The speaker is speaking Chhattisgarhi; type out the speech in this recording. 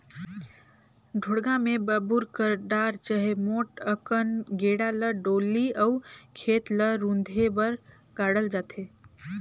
ढोड़गा मे बबूर कर डार चहे मोट अकन गेड़ा ल डोली अउ खेत ल रूधे बर गाड़ल जाथे